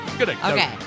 Okay